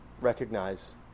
recognize